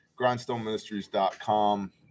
GrindstoneMinistries.com